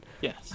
Yes